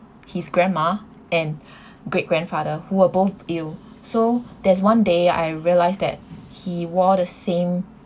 his grandma and great grandfather who were both ill so there's one day I realised that he wore the same